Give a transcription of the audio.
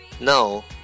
No